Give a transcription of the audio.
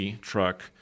truck